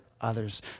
others